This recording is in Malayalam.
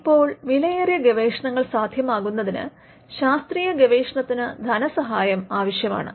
ഇപ്പോൾ വിലയേറിയ ഗവേഷണങ്ങൾ സാധ്യമാകുന്നതിന് ശാസ്ത്രിയ ഗവേഷണത്തിന് ധനസഹായം ആവശ്യമാണ്